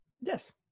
yes